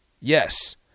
Yes